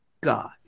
God